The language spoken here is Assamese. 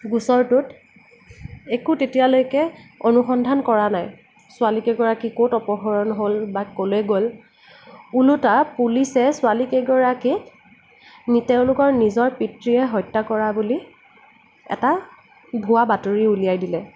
গোচৰটোত একো তেতিয়ালৈকে অনুসন্ধান কৰা নাই ছোৱালী কেইগৰাকী ক'ত অপহৰণ হ'ল বা ক'লৈ গ'ল ওলোটা পুলিচে ছোৱালী কেইগৰাকীক তেওঁলোকৰ নিজৰ পিতৃয়ে হত্যা কৰা বুলি এটা ভুৱা বাতৰি উলিয়াই দিলে